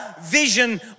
vision